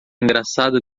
engraçada